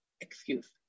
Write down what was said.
excuse